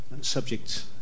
subject